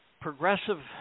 progressive